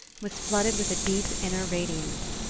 was flooded with a deep inner radiance.